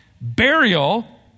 burial